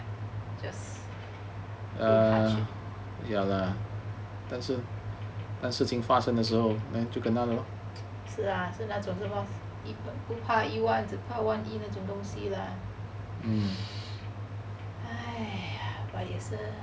just don't touch it lah 是 ah 是那种什么不怕意外怕万一那种东西 lah but 也是